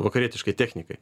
vakarietiškai technikai